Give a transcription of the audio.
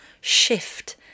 shift